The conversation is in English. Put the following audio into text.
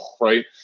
right